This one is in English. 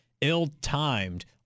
ill-timed